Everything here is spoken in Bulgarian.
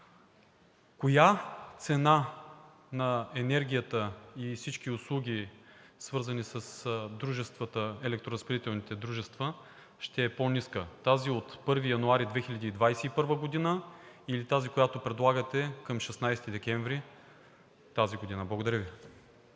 коя цена на енергията и всички услуги, свързани с електроразпределителните дружества, ще е по-ниска – тази от 1 януари 2021 г. или тази, която предлагате към 16 декември 2021 г.? ПРЕДСЕДАТЕЛ